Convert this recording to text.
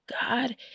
God